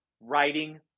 writing